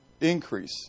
increase